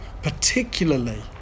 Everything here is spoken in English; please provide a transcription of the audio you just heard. particularly